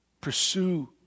pursue